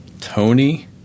Tony